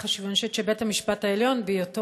אני חושבת שבית-המשפט העליון,